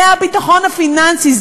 זה הביטחון הפיננסי,